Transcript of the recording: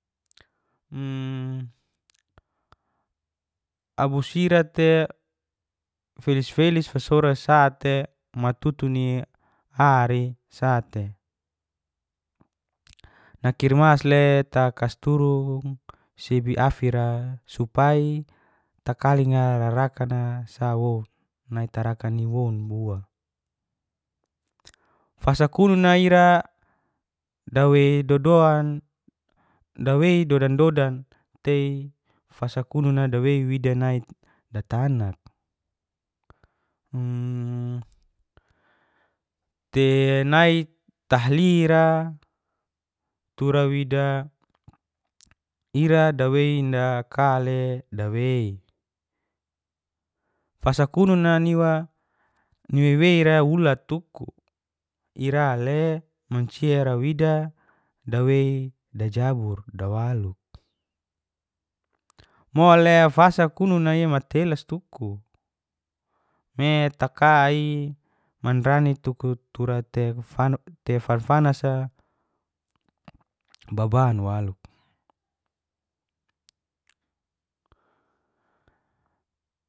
abus ira ta felis felis fesora sate matutuni ari sate nakirmas leta kasturung sebi afira supai takalinga rakana sawo naitarakan iwon bua. Fasakunu naira dawai dodoan dawai dodandodan te fasakunu naira dawai wida nait datanak te nait tahlira turawida ira dawai ndaka le dawai. Fasakunun iwa niwei weira ula tuku ira ale manciara wida dawai dajabur dawaluk. Muala fasakunu naira matelas tuku me takai mandrani tuku turate fanfanasa babanwaluk.